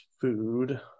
food